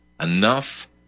enough